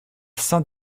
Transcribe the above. saint